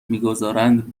میگذارند